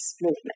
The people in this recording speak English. movement